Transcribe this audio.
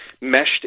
meshed